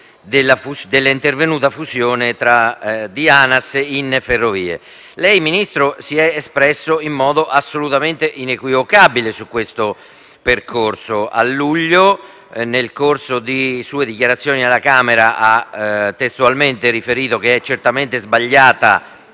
della intervenuta fusione di ANAS e Ferrovie dello Stato. Lei, signor Ministro, si è espresso in modo assolutamente inequivocabile su questo percorso: a luglio, nel corso di sue dichiarazioni alla Camera, ha testualmente riferito che è certamente sbagliata